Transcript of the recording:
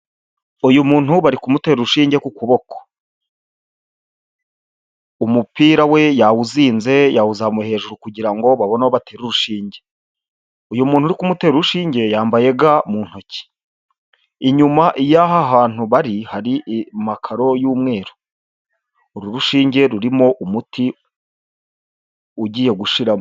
Uyu muntu bari kumutera urushinge ku kuboko, umupira we yawuzinze yawuzamu hejuru kugira ngo babone aho batera urushinge, uyu muntu uri kumutera urushinge yambaye ga mu ntoki, inyuma y'aha hantu bari hari amakaro y'umweru, uru rushinge rurimo umuti ugiye gushiramo.